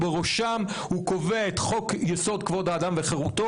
בראשם הוא קובע את חוק יסוד: כבוד האדם וחירותו,